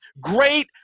great